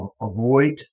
avoid